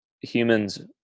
humans